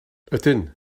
ydyn